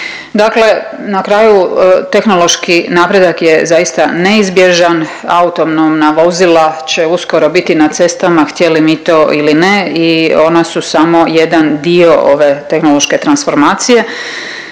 Dakle na kraju tehnološki napredak je zaista neizbježan. Autonomna vozila će uskoro biti na cestama htjeli mi to ili ne i ona su samo jedan dio ove tehnološke transformacije.